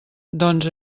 doncs